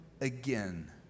again